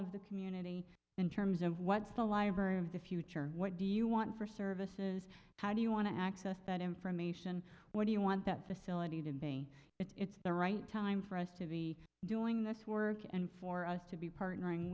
of the community in terms of what's the library of the future what do you want for services how do you want to access that information what do you want that facility to it's the right time for us to be doing this work and for us to be partnering